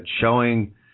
showing